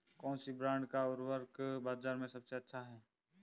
कौनसे ब्रांड का उर्वरक बाज़ार में सबसे अच्छा हैं?